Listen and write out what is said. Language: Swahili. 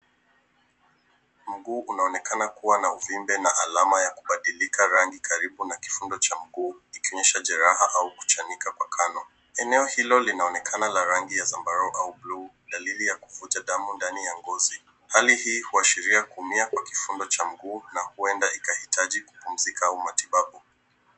Mguu unaonekana kuwa na uvimbe na alama ya kubadilika rangi karibu na kifundo cha mguu ikionyesha jeraha au kuchanika kwa kando. Eneo hilo linaonekana la rangi ya zambarau au bluu, dalili ya kuvuja damu ndani ya ngozi. Hali hii huashiria kuumia kwa kifundo cha mguu na huenda ikahitaji kupumzika au matibabu.